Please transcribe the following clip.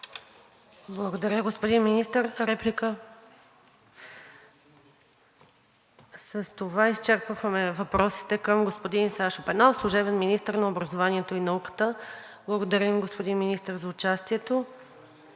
Благодаря, господин Министър. Реплика? Не искате. С това изчерпахме въпросите към господин Сашо Пенов –служебен министър на образованието и науката. Благодарим, господин Министър, за участието.